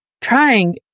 Trying